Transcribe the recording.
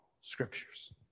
Scriptures